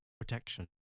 protection